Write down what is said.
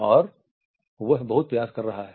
और वह बहुत प्रयास कर रहा है